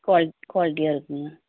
குவால் குவால்ட்டியாக இருக்குதுங்க